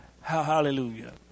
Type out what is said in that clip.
hallelujah